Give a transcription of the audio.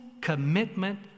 commitment